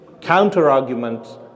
counter-arguments